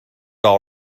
all